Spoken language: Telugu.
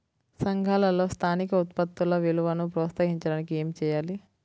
సంఘాలలో స్థానిక ఉత్పత్తుల విలువను ప్రోత్సహించడానికి ఏమి చేయాలి?